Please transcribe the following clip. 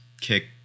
kick